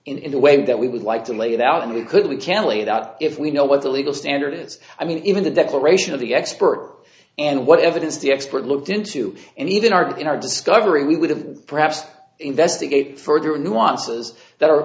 in the way that we would like to lay it out and we could we can leave it out if we know what the legal standard is i mean even the declaration of the expert and what evidence the expert looked into and even arc in our discovery we would have perhaps investigate further nuances that are